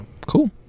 Cool